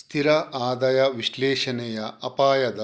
ಸ್ಥಿರ ಆದಾಯ ವಿಶ್ಲೇಷಣೆಯ ಅಪಾಯದ